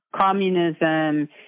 communism